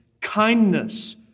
kindness